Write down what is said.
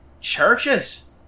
churches